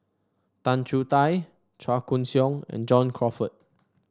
Tan Choo Kai Chua Koon Siong and John Crawfurd